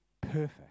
perfect